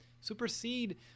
supersede